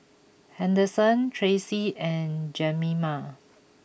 Henderson Tracy and Jemima